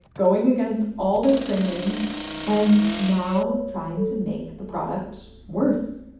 going against all their training and now trying to make the product worse.